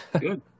Good